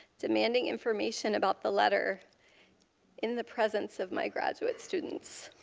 demanding information about the letter in the presence of my graduate students.